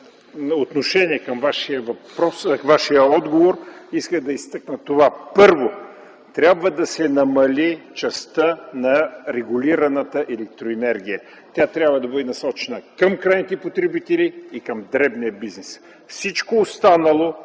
отношение към Вашия отговор исках да изтъкна това. Първо, трябва да се намали частта на регулираната електроенергия. Тя трябва да бъде насочена към крайните потребители и към дребния бизнес. Всичко останало,